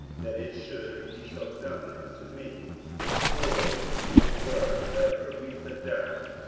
that it should be so done unto me for it were better for me to die,